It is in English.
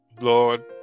Lord